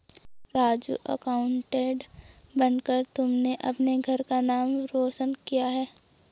Raju accountant बनकर तुमने अपने घर का नाम रोशन किया है